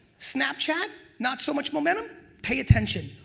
snapchat, not so much momentum? pay attention.